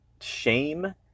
shame